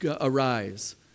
Arise